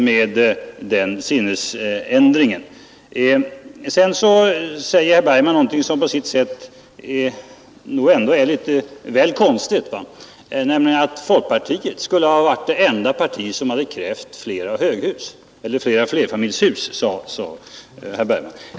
Vidare säger herr Bergman något som väl ändå var ganska konstigt, nämligen att folkpartiet skulle ha varit det enda parti som hade krävt flera flerfamiljshus.